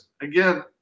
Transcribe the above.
Again